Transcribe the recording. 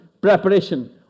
preparation